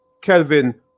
Kelvin